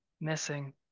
missing